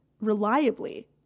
reliably